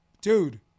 dude